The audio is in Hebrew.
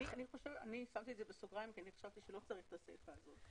אני שמתי את זה בסוגריים כי אני חשבתי שלא צריך את הסיפה הזאת.